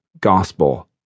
gospel